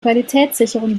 qualitätssicherung